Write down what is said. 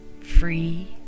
free